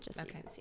Okay